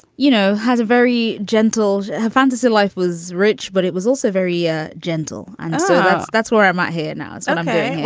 you know, has a very gentle fantasy. life was rich, but it was also very ah gentle. and so that's where i my here now and i'm doing well.